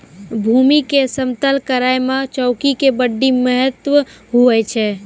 भूमी के समतल करै मे चौकी के बड्डी महत्व हुवै छै